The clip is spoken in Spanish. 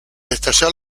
estallar